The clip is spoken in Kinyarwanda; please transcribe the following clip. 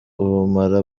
ubumara